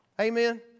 Amen